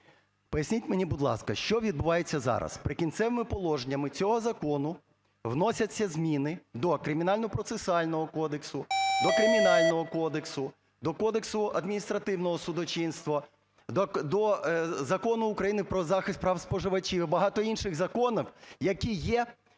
Поясніть мені, будь ласка, що відбувається зараз? "Прикінцевими положеннями" цього закону вносяться зміни до Кримінально-процесуального кодексу, до Кримінального кодексу, до Кодексу адміністративного судочинства, до Закону України "Про захист прав споживачів" і багато інших законів, які є…